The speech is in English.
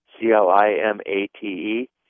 C-L-I-M-A-T-E